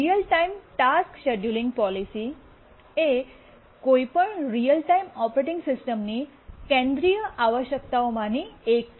real time task scheduling policy એ કોઈપણ real time operating સિસ્ટમ્સની કેન્દ્રિય આવશ્યકતાઓમાંની એક છે